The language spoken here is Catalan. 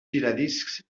giradiscs